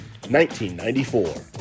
1994